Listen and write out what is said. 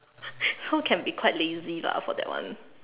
so can be quite lazy lah for that one